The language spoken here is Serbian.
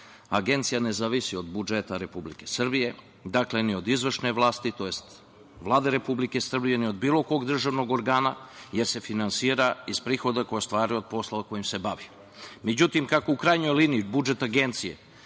Agencija ne zavisi od budžeta Republike Srbije, dakle ni od izvršne vlasti, tj. Vlade Republike Srbije, ni od bilo kog državnog organa jer se finansira iz prihoda koje je ostvarila poslom kojim se bavi.Međutim, kako u krajnjoj liniji budžet Agencije